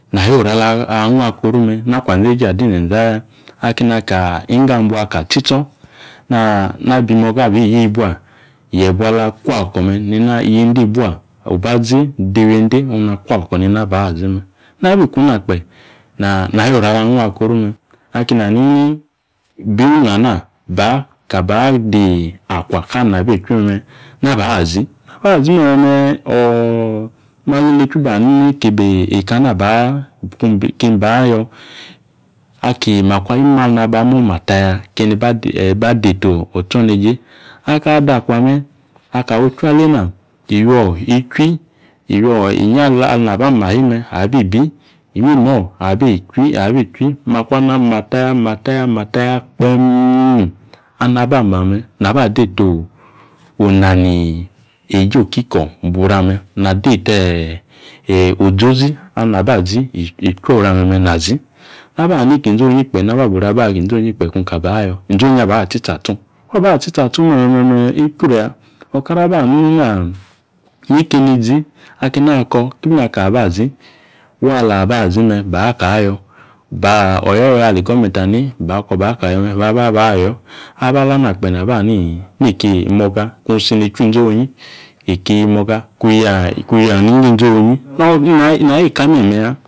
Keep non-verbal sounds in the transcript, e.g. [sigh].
Na yo̱ oru alanua koru me na kwenze eeje adi izenze aaya. Aki eni aka inggo ambwa aka tsitso, na biyi moga abi yibwa. Yebuo ala akwa o̱ko̱ me̱e̱ [hesitation] nendi ibua oba zi dewa e̱nde̱ on nakwa o̱ko̱ neni aba azi mee. Nabi ikuna kpe, na na ayo oru alanua koru me̱e̱ aki eni ha nini bi me ana ba kaba adi akwa kani abi ichwi me̱me̱ naba ba azi na me̱me̱me̱ [hesitation] mali olechu ba anini ki bi eka ana kini ba ayo aki imime aleni moma tayame̱ ba deta otsoneje. Aka ada akwa me̱, akawo ichwi alena, iywi o̱ ichwi inyi aleni aba ma ahime abibi mime o̱ abi ichwi makwa [unintelligible] linama taya mataya mataya kpeem aliba mame̱ naba deta onani eeje okiko bwa oru ame̱ nadeta [hesitation] ozozi alini aba zi ichwi oru me nazi. Naba hani izonyi kpe naba boru aba kung kaba yo̱, inzionyi aba atsitso̱ atsung. Wa ba atsitso atsung me̱me̱me̱ ichwru ya. Okara aba ani na. ki eni zi akeni ako̱ eyen aka aba zi, wa alaaba zi me̱ baka ayo, ba oyoyo ali i government ani ba ko̱ba kayo me [unintelligible] aba lana kpe naba ni neka imogo kungsi nechu inzionyi eka imoga kung ya [hesitation] ninggo inzionyi [hesitation] na ayo eka me̱me̱ya.